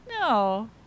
No